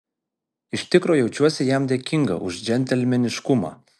iš tikro jaučiuosi jam dėkinga už džentelmeniškumą